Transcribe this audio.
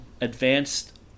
advanced